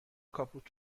کاپوت